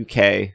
UK